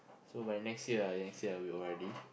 so by next year ah next year I will O_R_D